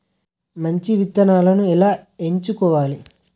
మంచి విత్తనాలను ఎలా ఎంచుకోవాలి?